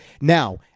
Now